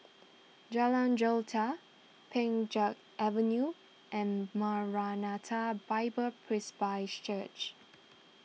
Jalan Jelita Pheng Geck Avenue and Maranatha Bible Presby Church